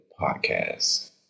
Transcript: podcast